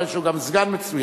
אבל יש לו גם סגן מצוין.